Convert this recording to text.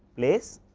place,